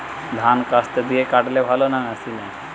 ধান কাস্তে দিয়ে কাটলে ভালো না মেশিনে?